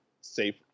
safe